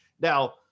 Now